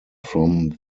from